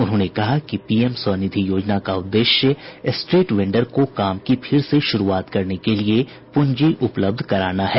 उन्होंने कहा कि पीएम स्वनिधि योजना का उददेश्य स्ट्रीट वेंडर को काम की फिर से शुरूआत करने के लिये पूंजी उपलब्ध कराना है